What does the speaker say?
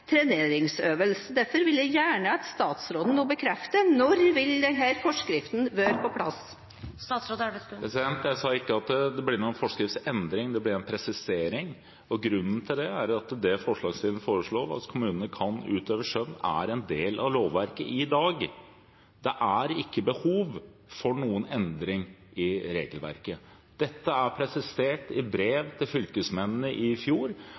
treneringsøvelse. Derfor vil jeg gjerne at statsråden bekrefter: Når vil denne forskriften være på plass? Jeg sa ikke at det blir noen forskriftsendring, men at det blir en presisering. Grunnen til det er at det forslagsstilleren foreslår – at kommunene skal kunne utøve skjønn – er en del av lovverket i dag. Det er ikke behov for noen endring i regelverket. Dette er presisert i brev til fylkesmennene i fjor,